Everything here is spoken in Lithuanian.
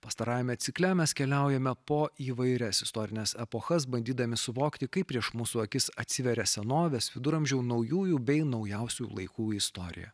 pastarajame cikle mes keliaujame po įvairias istorines epochas bandydami suvokti kaip prieš mūsų akis atsiveria senovės viduramžių naujųjų bei naujausių laikų istorija